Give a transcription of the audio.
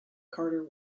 carter